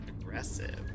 Aggressive